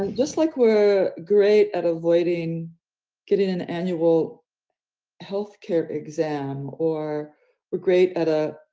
like just like we're great at avoiding getting an annual health care exam, or we're great at, ah,